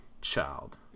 child